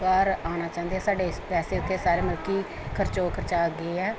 ਘਰ ਆਉਣਾ ਚਾਹੁੰਦੇ ਸਾਡੇ ਇਸ ਪੈਸੇ ਉੱਥੇ ਸਾਰੇ ਮਲ ਕਿ ਖਰਚ ਹੋ ਖਰਚਾ ਗਏ ਹੈ